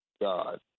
God